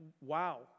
wow